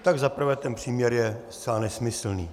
Tak za prvé, ten příměr je zcela nesmyslný.